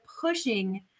pushing